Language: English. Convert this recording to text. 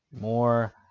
more